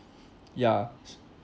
ya